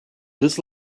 this